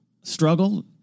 struggle